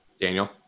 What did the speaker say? Daniel